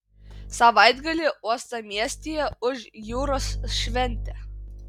savaitgalį uostamiestyje ūš jūros šventė